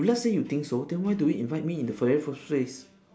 if let's say you think so then why do you invite me in the very first place